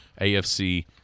AFC